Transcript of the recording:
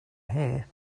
here